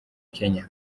kenya